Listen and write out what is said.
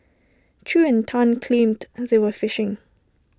chew and Tan claimed and they were fishing